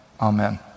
Amen